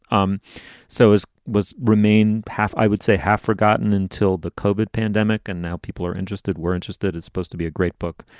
um so as was remain half, i would say half forgotten until the cobbett pandemic. and now people are interested. we're interested that it's supposed to be a great book.